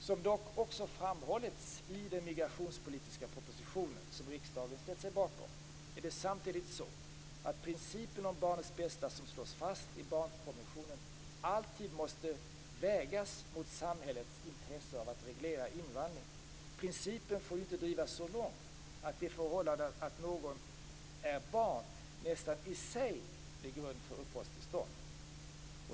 Som dock också framhållits i den migrationspolitiska propositionen, som riksdagen ställt sig bakom, är det samtidigt så att principen om barnets bästa, som slås fast i barnkonventionen, alltid måste vägas mot samhällets intresse av att reglera invandringen. Principen får inte drivas så långt att det förhållandet att någon är barn nästan i sig blir grund för uppehållstillstånd.